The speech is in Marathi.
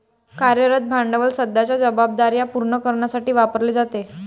कार्यरत भांडवल सध्याच्या जबाबदार्या पूर्ण करण्यासाठी वापरले जाते